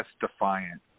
Defiant